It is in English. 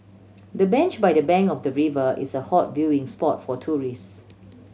the bench by the bank of the river is a hot viewing spot for tourists